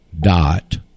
dot